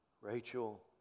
Rachel